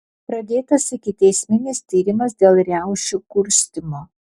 pradėtas ikiteisminis tyrimas dėl riaušių kurstymo